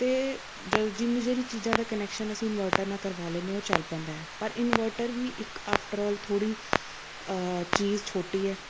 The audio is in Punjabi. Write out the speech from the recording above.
ਅਤੇ ਜ ਜਿੰਨੀ ਜਿਹੜੀ ਚੀਜ਼ਾਂ ਦਾ ਕਨੈਕਸ਼ਨ ਅਸੀਂ ਇਨਵਰਟਰ ਨਾਲ ਕਰਵਾ ਲੈਂਦੇ ਉਹ ਚੱਲ ਪੈਂਦਾ ਹੈ ਪਰ ਇਨਵਰਟਰ ਵੀ ਇੱਕ ਆਫਟਰ ਅੋਲ ਥੋੜ੍ਹੀ ਚੀਜ਼ ਛੋਟੀ ਹੈ